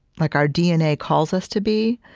like our dna calls us to be,